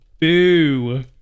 boo